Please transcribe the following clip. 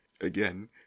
Again